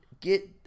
get